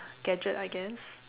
gadget I guess